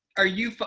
are you,